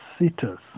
sitters